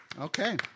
Okay